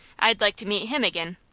i'd like to meet him ag'in.